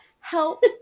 Help